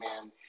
man